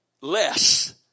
less